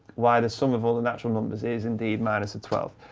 why the sum of all the natural numbers is indeed minus a twelfth.